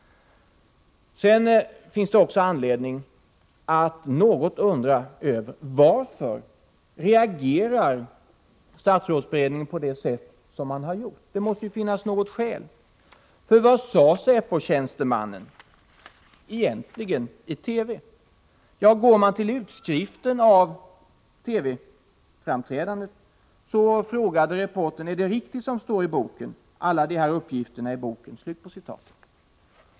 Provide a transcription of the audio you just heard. Det finns också anledning att något fundera över varför statsrådsberedningen reagerade på det sätt som den gjorde. Det måste finnas något skäl. Vad sade säpotjänstemannen egentligen i TV? Går man till utskriften av TV-framträdandet finner man att reportern frågade: Är det riktigt det som står i boken, alla de här uppgifterna i boken?